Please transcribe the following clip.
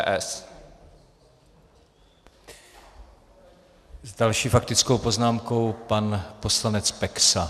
S další faktickou poznámkou pan poslanec Peksa.